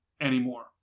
anymore